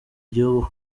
gihugu